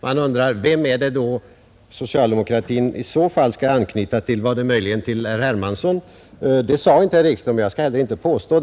Jag undrar då: Vad är det socialdemokratin i så fall skall anknyta till? Var det möjligen till herr Hermansson? Det sade inte herr Ekström, och jag påstår inte det heller.